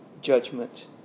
judgment